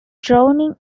drowning